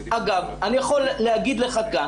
אני יכול להגיד לך כאן,